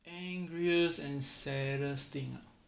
angriest and saddest thing ah